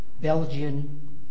Belgian